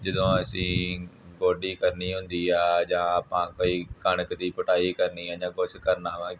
ਜਦੋਂ ਅਸੀਂ ਗੋਡੀ ਕਰਨੀ ਹੁੰਦੀ ਆ ਜਾਂ ਆਪਾਂ ਕੋਈ ਕਣਕ ਦੀ ਪਟਾਈ ਕਰਨੀ ਹੈ ਜਾਂ ਕੁਛ ਕਰਨਾ ਵਾ